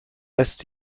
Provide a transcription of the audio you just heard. lässt